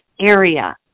area